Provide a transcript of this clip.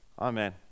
Amen